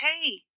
hey